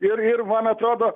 ir ir man atrodo